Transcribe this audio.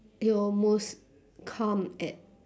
your most calm at